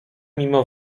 mimo